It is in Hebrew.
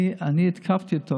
אני התקפתי אותו.